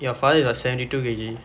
yout father is like seventy two K_G